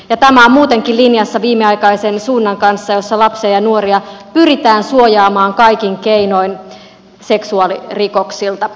tämä on muutenkin linjassa viimeaikaisen suunnan kanssa jossa lapsia ja nuoria pyritään suojaamaan kaikin keinoin seksuaalirikoksilta